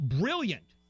brilliant